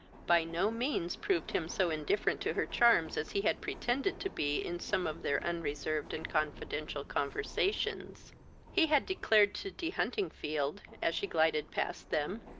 by no means proved him so indifferent to her charms as he had pretended to be in some of their unreserved and confidential conversations he had declared to de huntingfield, as she glided past them,